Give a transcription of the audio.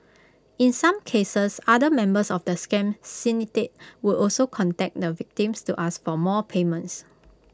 in some cases other members of the scam syndicate would also contact the victims to ask for more payments